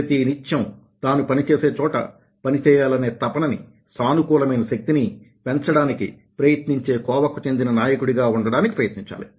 ప్రతినిత్యం తాను పనిచేసే చోట పని చేయాలనే తపనని సానుకూలమైన శక్తినీ పెంచడానికి ప్రయత్నించే కోవకు చెందిన నాయకుడిగా ఉండడానికి ప్రయత్నించాలి